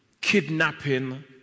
kidnapping